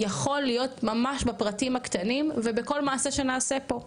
יכול להיות ממש בפרטים הקטנים ובכל מעשה שנעשה פה,